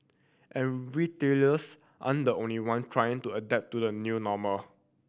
and retailers aren't the only one trying to adapt to the new normal